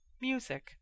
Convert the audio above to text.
music